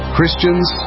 Christians